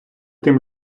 тим